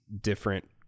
different